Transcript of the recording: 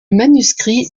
manuscrit